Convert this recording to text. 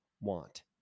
want